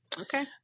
Okay